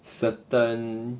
certain